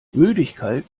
müdigkeit